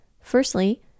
Firstly